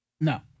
No